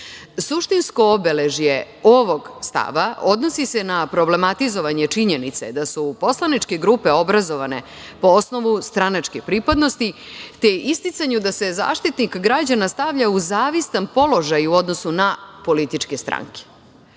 obeležje ovog stava odnosi se na problematizovanje činjenice da su poslaničke grupe obrazovane po osnovu stranačke pripadnosti, te isticanju da se Zaštitnik građana stavlja u zavistan položaj u odnosu na političke stranke. Bez